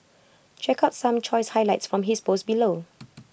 check out some choice highlights from his post below